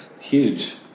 Huge